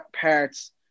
parts